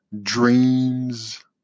dreams